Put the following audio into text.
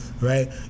right